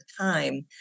time